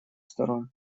сторон